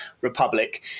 Republic